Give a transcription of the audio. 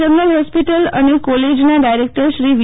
general hospital અને કોલેજના director Shri વી